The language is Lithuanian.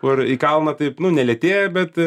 kur į kalną taip nu ne lėtėja bet